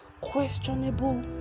questionable